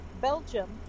Belgium